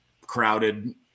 crowded